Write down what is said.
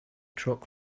truck